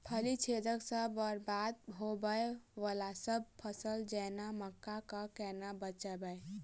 फली छेदक सँ बरबाद होबय वलासभ फसल जेना मक्का कऽ केना बचयब?